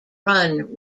run